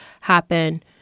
happen-